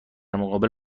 مقابل